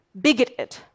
bigoted